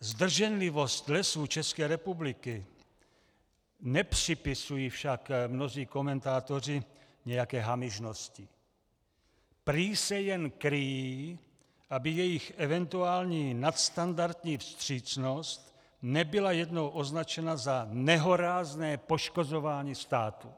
Zdrženlivost Lesů České republiky nepřipisují však mnozí komentátoři nějaké hamižnosti, prý se jen kryjí, aby jejich eventuální nadstandardní vstřícnost nebyla jednou označena za nehorázné poškozování státu.